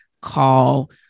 call